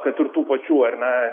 kad ir tų pačių ar ne